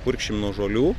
purkšim nuo žolių